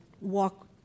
walk